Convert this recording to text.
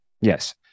Yes